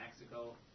Mexico